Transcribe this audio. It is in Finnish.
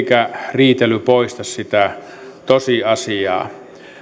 riitely poista sitä tosiasiaa